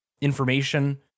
information